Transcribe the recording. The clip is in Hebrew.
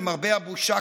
למרבה הבושה,